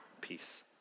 peace